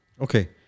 Okay